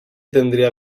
tendría